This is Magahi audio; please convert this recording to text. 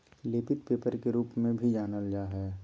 लेपित पेपर के रूप में भी जानल जा हइ